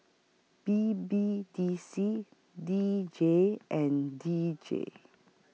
B B D C D J and D J